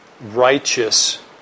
righteous